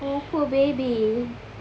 oh poor baby